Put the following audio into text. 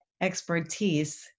expertise